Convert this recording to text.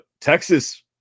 Texas